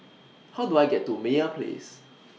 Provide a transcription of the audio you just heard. How Do I get to Meyer Place